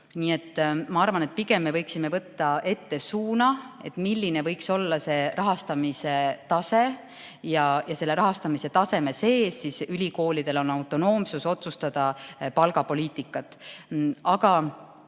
et ma arvan, et me pigem võiksime võtta suuna sinna, milline võiks olla rahastamise tase ja selle rahastamise taseme sees võiks ülikoolidel olla autonoomsus otsustada palgapoliitika üle. Aga